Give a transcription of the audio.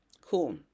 Cool